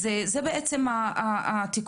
זה הצעת החוק.